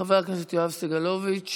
חבר הכנסת יואב סגלוביץ',